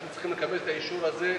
אנחנו צריכים לקבל את האישור הזה,